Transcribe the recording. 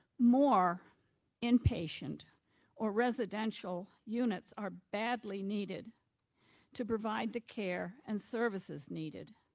more inpatient or residential units are badly needed to provide the care and services needed.